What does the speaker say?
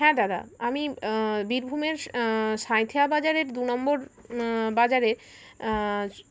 হ্যাঁ দাদা আমি বীরভূমের সাাইথিয়া বাজারের দু নম্বর বাজারের